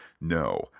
No